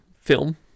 film